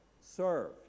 serve